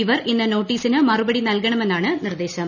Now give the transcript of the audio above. ഇവർ ഇന്ന് നോട്ടീസിന് മറുപടി നൽകണമെന്നാണ് നിർദ്ദേശം